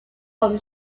from